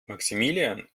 maximilian